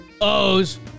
O's